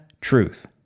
truth